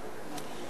נסים זאב,